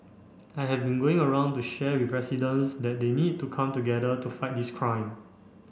I have been going around to share with residents that they need to come together to fight this crime